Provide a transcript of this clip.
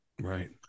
Right